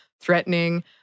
threatening